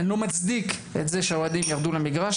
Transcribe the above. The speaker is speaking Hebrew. אני לא מצדיק את זה שהאוהדים ירדו למגרש,